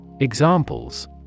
Examples